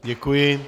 Děkuji.